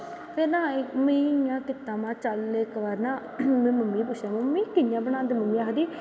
फिर न में इयां कीता इक बार ना मम्मी गी पुच्छेआ एह् कियां बनांदे मम्मी आखन लगी